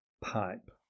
pipe